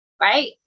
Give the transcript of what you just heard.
right